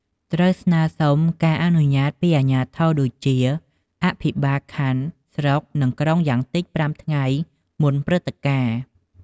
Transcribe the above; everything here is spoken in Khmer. ត្រូវស្នើសុំការអនុញ្ញាតពីអាជ្ញាធរ ដូចជា អភិបាលខណ្ឌ ស្រុក និង ក្រុង យ៉ាងតិច ៥ថ្ងៃមុនព្រឹត្តិការណ៍។